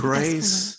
Grace